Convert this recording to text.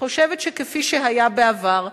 כפי שהיה בעבר,